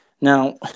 Now